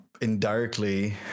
indirectly